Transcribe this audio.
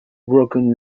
broken